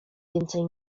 więcej